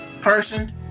person